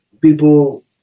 people